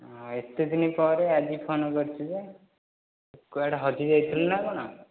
ଆଉ ଏତେଦିନ ପରେ ଆଜି ଫୋନ୍ କରିଛୁ ଯେ କୁଆଡ଼େ ହଜି ଯାଇଥିଲୁ ନା କ'ଣ